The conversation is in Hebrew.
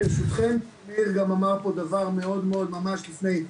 ברשותכם, מאיר גם אמר פה דבר מאוד חשוב ממש לפני.